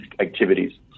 activities